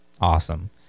Awesome